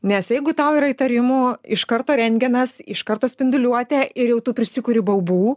nes jeigu tau yra įtarimų iš karto rentgenas iš karto spinduliuotė ir jau prisikuri baubų